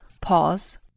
Pause